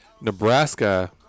Nebraska